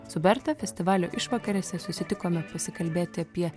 su berta festivalio išvakarėse susitikome pasikalbėti apie